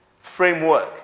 framework